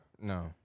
No